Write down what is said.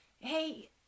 hey